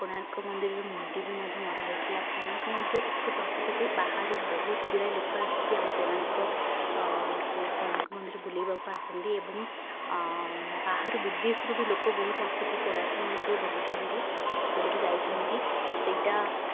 କୋଣାର୍କ ମନ୍ଦିରର ମୁଣ୍ଡି ବି ମଧ୍ୟ ମରା ହେଇଥିଲା କୋଣାର୍କ ମନ୍ଦିର ଏତେ ପ୍ରସିଦ୍ଧ ଯେ ବାହାରୁ ବହୁତ ଗୁଡ଼ାଏ ଲୋକ ଆସିକି ଆମ କୋଣାର୍କ କୁ କୋଣାର୍କ ମନ୍ଦିର ବୁଲିବାକୁ ଆସନ୍ତି ଏବଂ ବାହାରୁ ବିଦେଶରୁ ବି ଲୋକ ବହୁତ ଆସିକି କୋଣାର୍କ ମନ୍ଦିରରେ ବୁଲିଛନ୍ତି ବୁଲିକି ଯାଇଛନ୍ତି ସେଇଟା